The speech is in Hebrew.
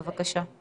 בבקשה.